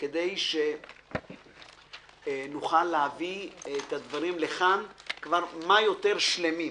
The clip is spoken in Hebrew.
כדי שנוכל להביא את הדברים לכאן כבר כמה שיותר שלמים,